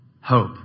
hope